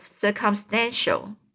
circumstantial